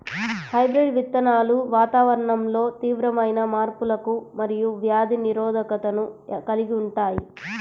hybrid విత్తనాలు వాతావరణంలో తీవ్రమైన మార్పులకు మరియు వ్యాధి నిరోధకతను కలిగి ఉంటాయి